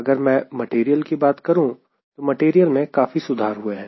अगर मैं मटेरियल की बात करूं तो मटेरियल में काफी सुधार हुए हैं